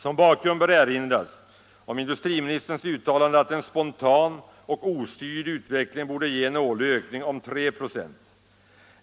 Som bakgrund bör erinras om industriministerns uttalande att en spontan och ostyrd utveckling borde ge en årlig ökning om 3 96.